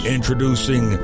Introducing